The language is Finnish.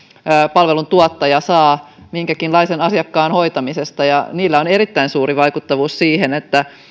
palveluntuottaja saa minkäkinlaisen asiakkaan hoitamisesta ja niillä on erittäin suuri vaikutus siihen että